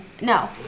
No